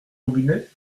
robinet